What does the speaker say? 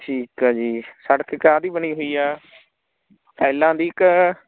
ਠੀਕ ਆ ਜੀ ਸੜਕ ਕਾਹਦੀ ਬਣੀ ਹੋਈ ਆ ਟਾਈਲਾਂ ਦੀ ਕਿ